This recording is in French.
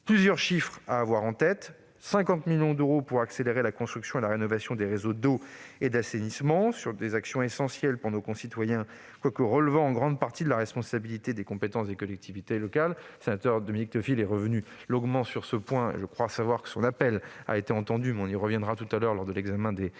Plusieurs chiffres sont à retenir : 50 millions d'euros pour accélérer la construction et la rénovation des réseaux d'eau et d'assainissement. Ce sont des actions essentielles pour nos concitoyens, quoiqu'elles relèvent en grande partie de la responsabilité et des compétences des collectivités locales ; M. Dominique Théophile est revenu longuement sur ce point, et je crois savoir que son appel a été entendu. Nous y reviendrons tout à l'heure au cours de l'examen des